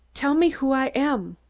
tell me who i am!